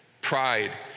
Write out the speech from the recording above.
Pride